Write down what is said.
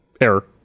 error